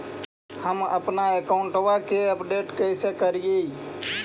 हमपन अकाउंट वा के अपडेट कैसै करिअई?